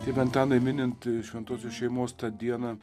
tėve antanai minint šventosios šeimos tą dieną